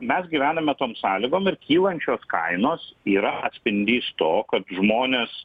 mes gyvename tom sąlygom ir kylančios kainos yra atspindys to kad žmonės